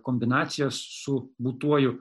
kombinacijas su būtuoju